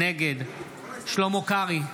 נגד שלמה קרעי,